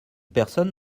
personne